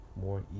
more